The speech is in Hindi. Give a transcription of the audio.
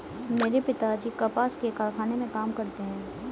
मेरे पिताजी कपास के कारखाने में काम करते हैं